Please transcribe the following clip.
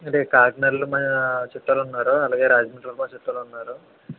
అంటే కాకినాడలో మా చుట్టాలు ఉన్నారు అలాగే రాజమండ్రిలో కూడా చుట్టాలు ఉన్నారు